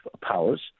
powers